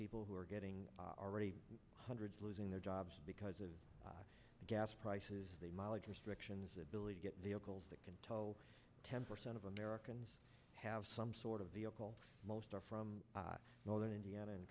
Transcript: people who are getting already hundreds losing their jobs because of gas prices the mileage restrictions ability to get vehicles that can tow ten percent of americans have some sort of vehicle most are from northern indiana